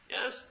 Yes